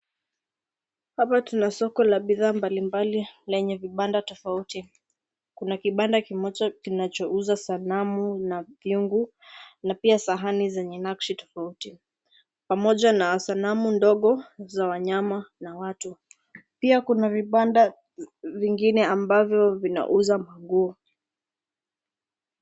Hapa tuna soko la bidhaa mbali mbali lenye vibanda tofauti. Kuna kibanda kimoja kinachouza sanamu na vyungu na pia sahani zenye nakshi tofauti, pamoja na sanamu ndogo za wanyama na watu. Pia kuna vibanda vingine ambavyo vinauza manguo.